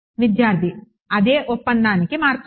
విద్యార్థి అదే ఒప్పందానికి మార్చండి